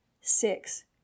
Six